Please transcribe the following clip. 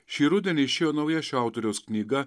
šį rudenį išėjo nauja šio autoriaus knyga